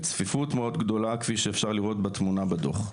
צפיפות מאוד גדולה כפי שאפשר לראות בתמונה בדו"ח.